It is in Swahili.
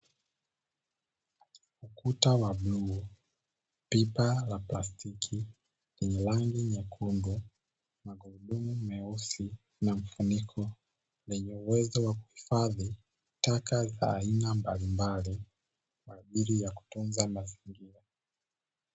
Ukuta wa bluu, pipa la plastiki lenye rangi nyekundu, magurudumu meusi na mfuniko wenye uwezo wa kuhifadhi taka za aina mbalimbali kwa ajili ya kutunza mazingira.